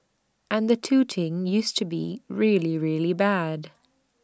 and the touting used to be really really bad